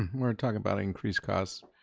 we're talking about increased costs,